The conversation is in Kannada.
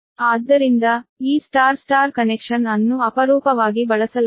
ಆದ್ದರಿಂದ ಈ ಸ್ಟಾರ್ ಸ್ಟಾರ್ ಕನೆಕ್ಷನ್ ಅನ್ನು ಅಪರೂಪವಾಗಿ ಬಳಸಲಾಗಿದೆ